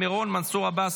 לסדר-היום